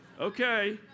Okay